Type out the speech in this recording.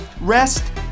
rest